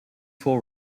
full